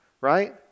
right